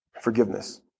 forgiveness